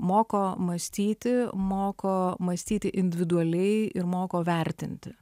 moko mąstyti moko mąstyti individualiai ir moko vertinti